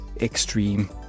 extreme